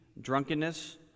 drunkenness